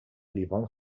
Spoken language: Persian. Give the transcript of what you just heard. لیوان